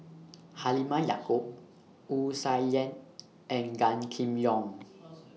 Halimah Yacob Wu Tsai Yen and Gan Kim Yong